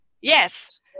yes